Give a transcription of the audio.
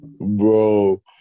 Bro